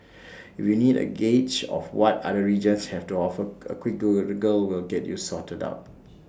if you need A gauge of what other regions have to offer A quick Google will get you sorted out